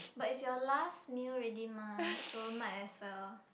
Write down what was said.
but it's your last meal already mah so might as well